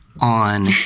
on